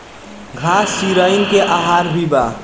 घास चिरईन के आहार भी बा